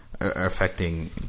Affecting